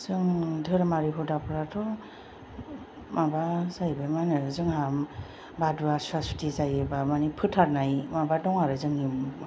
जों धोरोमारि हुदाफ्राथ' माबा जाहैबाय मा होनो जोंहा बादुवा सुवा सुथि जायोब्ला माने फोरथारनाय माबा दं आरो जोंनि